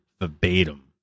verbatim